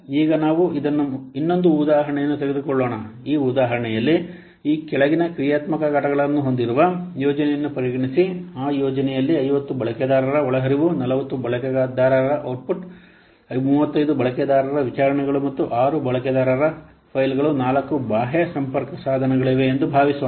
ಈಗ ನಾವು ಇದನ್ನು ಇನ್ನೊಂದು ಉದಾಹರಣೆಯನ್ನು ತೆಗೆದುಕೊಳ್ಳೋಣ ಈ ಉದಾಹರಣೆಯಲ್ಲಿ ಈ ಕೆಳಗಿನ ಕ್ರಿಯಾತ್ಮಕ ಘಟಕಗಳನ್ನು ಹೊಂದಿರುವ ಯೋಜನೆಯನ್ನು ಪರಿಗಣಿಸಿ ಆ ಯೋಜನೆಯಲ್ಲಿ 50 ಬಳಕೆದಾರರ ಒಳಹರಿವು 40 ಬಳಕೆದಾರ ಔಟ್ಪುಟ್ಗಳು 35 ಬಳಕೆದಾರರ ವಿಚಾರಣೆಗಳು ಮತ್ತು 6 ಬಳಕೆದಾರರ ಫೈಲ್ಗಳು 4 ಬಾಹ್ಯ ಸಂಪರ್ಕಸಾಧನಗಳಿವೆ ಎಂದು ಭಾವಿಸೋಣ